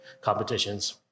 competitions